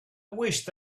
wished